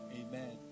Amen